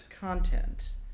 content